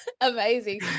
Amazing